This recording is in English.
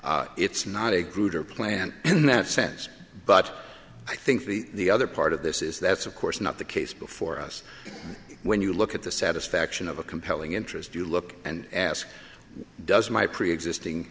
mass it's not a good or plan in that sense but i think the other part of this is that's of course not the case before us when you look at the satisfaction of a compelling interest you look and ask does my preexisting